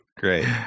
Great